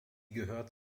gehört